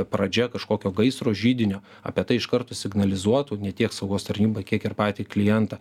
pradžia kažkokio gaisro židinio apie tai iš karto signalizuotų ne tiek saugos tarnyba kiek ir patį klientą